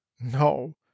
No